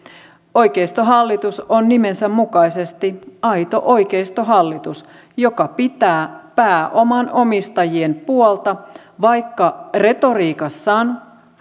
oikeistohallitus on nimensä mukaisesti aito oikeistohallitus joka pitää pääoman omistajien puolta vaikka retoriikassaan